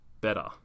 better